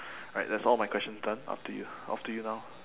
right that's all my questions done up to you off to you now